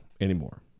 anymore